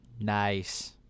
Nice